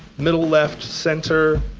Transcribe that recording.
middle left, center,